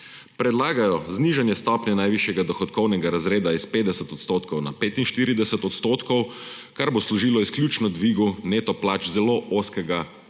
Predlagajo znižanje stopnje najvišjega dohodkovnega razreda s 50 % na 45 %, kar bo služilo izključno dvigu neto plač zelo ozkega kroga